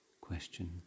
question